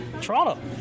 Toronto